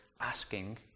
asking